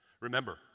Remember